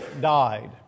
died